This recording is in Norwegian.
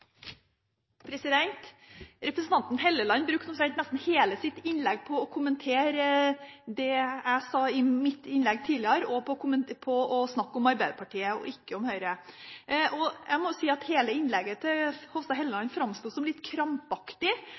Representanten Hofstad Helleland brukte omtrent hele sitt innlegg på å kommentere det jeg sa i mitt tidligere innlegg, og å snakke om Arbeiderpartiet og ikke om Høyre. Jeg må si at hele innlegget til Hofstad Helleland framsto som litt krampaktig,